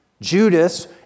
Judas